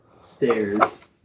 stairs